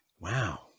Wow